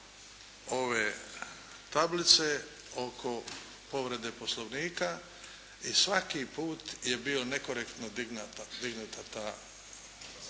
ove tablice oko povrede Poslovnika i svaki put je bio nekorektno dignuta ta…